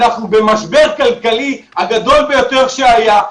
אנחנו במשבר כלכלי הגדול ביותר שהיה.